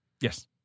Yes